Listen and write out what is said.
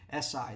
SI